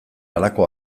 halako